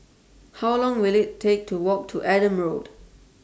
How Long Will IT Take to Walk to Adam Road